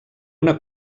una